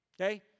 Okay